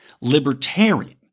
libertarian